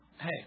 hey